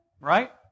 right